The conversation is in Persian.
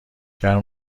گرم